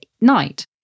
night